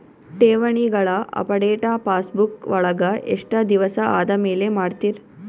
ಠೇವಣಿಗಳ update passbook ವಳಗ ಎಷ್ಟ ದಿವಸ ಆದಮೇಲೆ ಮಾಡ್ತಿರ್?